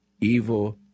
evil